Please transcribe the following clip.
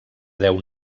deu